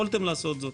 יכולתם לעשות זאת.